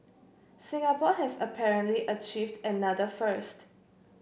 Singapore has apparently achieved another first